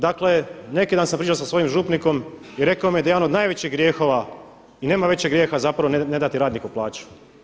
Dakle, neki dan sam pričao sa svojim župnikom i rekao mi je da je jedan od najvećih grijehova i nema većeg grijeha zapravo ne dati radniku plaću.